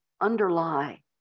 underlie